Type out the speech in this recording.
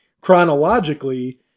chronologically